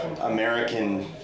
American